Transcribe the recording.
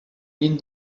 mean